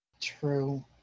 True